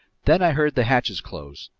then i heard the hatches close.